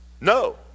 No